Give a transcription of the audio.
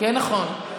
כן נכון.